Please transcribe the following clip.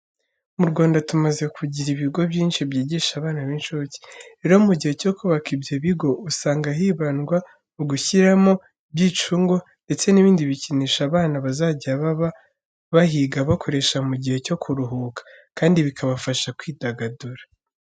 Mu Rwanda tumaze kugira ibigo byinshi byigisha abana b'incuke. Rero mu gihe cyo kubaka ibyo bigo, usanga hibandwa mu gushyiramo ibyicungo ndetse n'ibindi bikinisho abana bazajya baba bahiga bakoresha mu gihe cyo kuruhuka, kandi bikabafasha kwidagadura.